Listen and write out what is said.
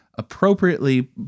Appropriately